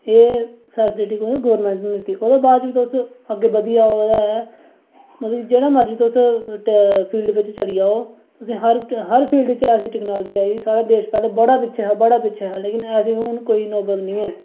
एह् फैसीलिटी कौन गौरमैंट नै दित्ती ओह्दे बाद च बी तुस अग्गै बधी जाओ ओह्दा ऐ मतलब जेह्ड़ा मर्जी तुस फील्ड बिच चली जाओ हर हर फील्ड च ऐसी टैक्नालजी आई साढ़े देश पैह्ले बड़ा पिच्छा हा लेकिन असें गी हून कोई नोबत निं ऐ